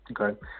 okay